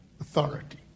authority